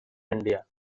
india